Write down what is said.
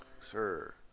sir